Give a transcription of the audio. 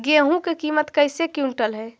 गेहू के किमत कैसे क्विंटल है?